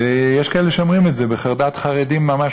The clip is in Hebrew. ויש כאלה שאומרים את זה בחרדת חרדים ממש